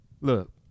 Look